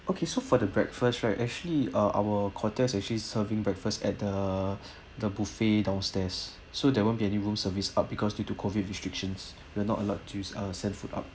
okay so for the breakfast right actually uh our hotel's actually serving breakfast at the the buffet downstairs so there won't be any room service up because due have to COVID restrictions we are not allowed to uh send food up